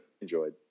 enjoyed